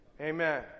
amen